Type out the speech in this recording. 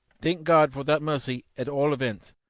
thank god for that mercy at all events,